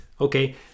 okay